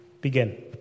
begin